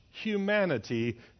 humanity